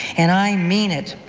and i mean it.